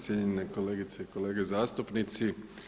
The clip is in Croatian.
Cijenjene kolegice i kolege zastupnici.